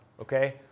Okay